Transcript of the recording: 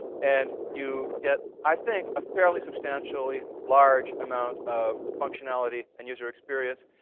and you get, i think, a fairly substantially large amount of functionality and user experience.